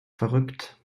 verrückt